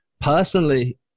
personally